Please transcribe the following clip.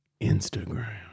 Instagram